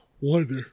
wonder